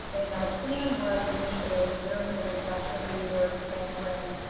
and our plan was initially during the recession we were transferring,